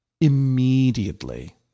immediately